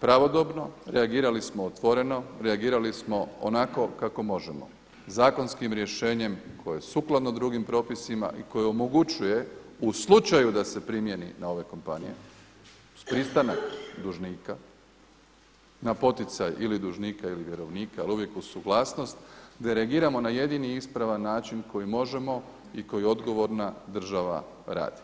pravodobno, reagirali smo otvoreno, reagirali smo onako kako možemo zakonskim rješenjem koje je sukladno drugim propisima i koje omogućuje u slučaju da se primijeni na ove kompanije uz pristanak dužnika na poticaj ili dužnika ili vjerovnika, ali uvijek uz suglasnost delegiramo na jedini ispravan način koji možemo i koji odgovorna država radi.